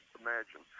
imagine